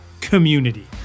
community